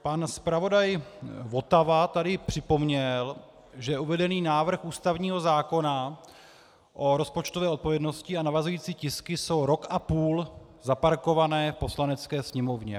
Pan zpravodaj Votava tady připomněl, že uvedený návrh ústavního zákona o rozpočtové odpovědnosti a navazující tisky jsou rok a půl zaparkované v Poslanecké sněmovně.